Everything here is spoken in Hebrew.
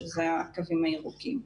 שזה הקווים הירוקים.